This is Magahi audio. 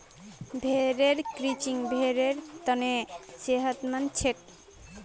भेड़ेर क्रचिंग भेड़ेर तने सेहतमंद छे